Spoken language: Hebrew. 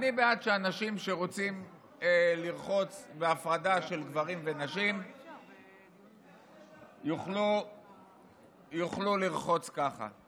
אני בעד שאנשים שרוצים לרחוץ בהפרדה של גברים ונשים יוכלו לרחוץ ככה.